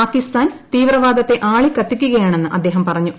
പാകിസ്ഥാൻ തീവ്രവാദത്തെ ആളികത്തിക്കുകയാണെന്ന് അദ്ദേഹം പറഞ്ഞു